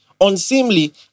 unseemly